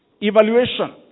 evaluation